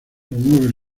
promueve